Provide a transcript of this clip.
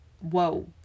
whoa